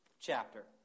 chapter